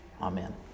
Amen